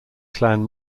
clan